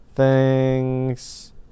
thanks